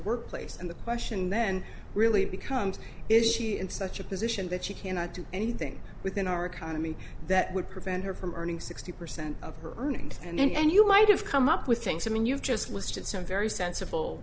workplace and the question then really becomes is she in such a position that she cannot do anything within our economy that would prevent her from earning sixty percent of her earnings and then you might have come up with things i mean you've just listed some very sensible